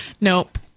Nope